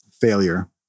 Failure